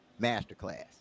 Masterclass